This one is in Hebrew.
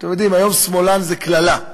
אתם יודעים, היום שמאלן זה קללה.